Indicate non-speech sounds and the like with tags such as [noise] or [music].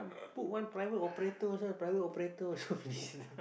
put one private operator also private operator also missing [laughs]